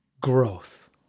growth